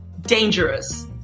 dangerous